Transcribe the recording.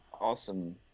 awesome